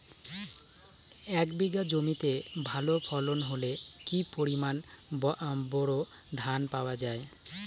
এক বিঘা জমিতে ভালো ফলন হলে কি পরিমাণ বোরো ধান পাওয়া যায়?